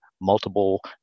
multiple